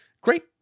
great